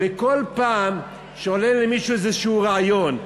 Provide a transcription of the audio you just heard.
כל פעם שעולה למישהו איזשהו רעיון,